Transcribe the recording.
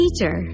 Teacher